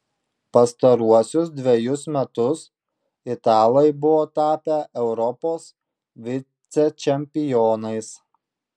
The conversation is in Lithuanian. pastaruosius dvejus metus italai buvo tapę europos vicečempionais